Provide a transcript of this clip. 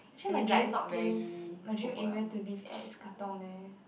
actually my dream place my dream area to this at it's Katong leh